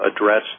address